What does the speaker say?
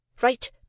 right